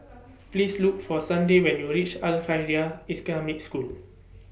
Please Look For Sunday when YOU REACH Al Khairiah School